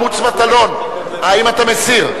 מוץ מטלון, האם אתה מסיר?